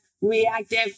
reactive